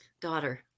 Daughter